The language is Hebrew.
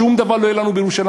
שום דבר לא יהיה לנו בירושלים.